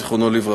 זיכרונו לברכה.